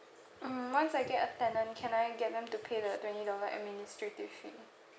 mmhmm once I get a tenant can I get them to pay the twenty dollar administrative fee